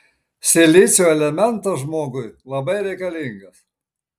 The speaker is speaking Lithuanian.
silicio elementas žmogui labai reikalingas